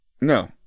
No